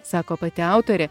sako pati autorė